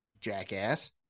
jackass